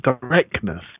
directness